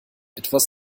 etwas